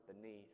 beneath